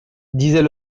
disait